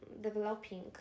developing